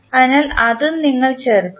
അതിനാൽ അതും നിങ്ങൾ ചേർക്കുന്നു